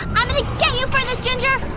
i'm going to get you for this, ginger! uhh,